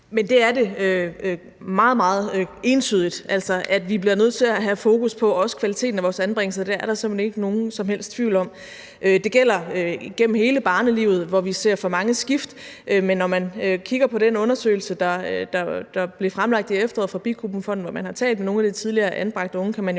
meget, meget entydigt. Altså, at vi også bliver nødt til at have fokus på kvaliteten af vores anbringelser, er der simpelt hen ikke nogen som helst tvivl om. Det gælder igennem hele barnelivet, hvor vi ser for mange skift, men når man kigger på den undersøgelse, der blev fremlagt i efteråret fra Bikubenfonden, hvor man havde talt med nogle af de tidligere anbragte unge,